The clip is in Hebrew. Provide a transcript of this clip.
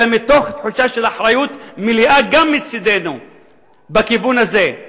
אלא מתוך תחושה של אחריות מלאה גם מצדנו בכיוון הזה,